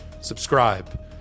subscribe